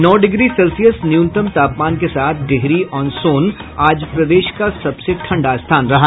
नौ degree Celsius न्यूनतम तापमान के साथ डिहरी ऑन सोन आज प्रदेश का सबसे ठंडा स्थान रहा